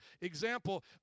example